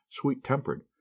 sweet-tempered